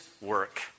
work